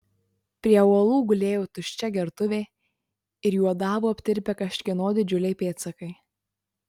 prie uolų gulėjo tuščia gertuvė ir juodavo aptirpę kažkieno didžiuliai pėdsakai